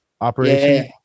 operation